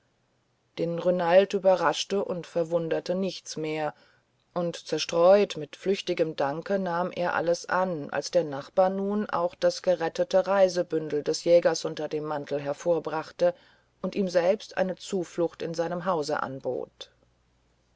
den renald überraschte und verwunderte nichts mehr und zerstreut mit flüchtigem danke nahm er alles an als der nachbar nun auch das gerettete reisebündel des jägers unter dem mantel hervorbrachte und ihm selbst eine zuflucht in seinem hause anbot